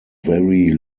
very